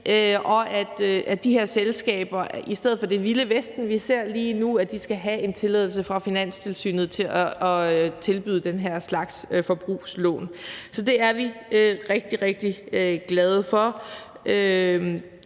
og at de her selskaber – i stedet for det vilde vesten, vi ser lige nu – skal have en tilladelse fra Finanstilsynet for at tilbyde den her slags forbrugslån. Så det er vi rigtig, rigtig glade for.